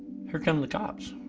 here come the cops.